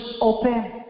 open